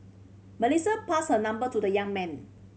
Melissa passed her number to the young man